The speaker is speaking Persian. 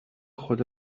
خود